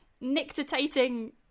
nictitating